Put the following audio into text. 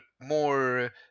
more